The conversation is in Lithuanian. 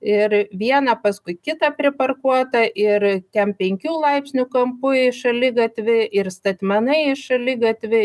ir vieną paskui kitą priparkuotą ir ten penkių laipsnių kampu į šaligatvį ir statmenai į šaligatvį